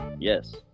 Yes